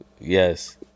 Yes